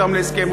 להסכם אתם,